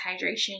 hydration